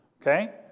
okay